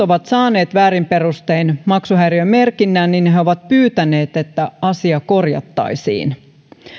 ovat saaneet väärin perustein maksuhäiriömerkinnän niin he he ovat pyytäneet että asia korjattaisiin